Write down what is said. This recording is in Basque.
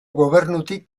gobernutik